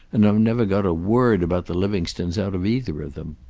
and i've never got a word about the livingstones out of either of them.